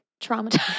traumatized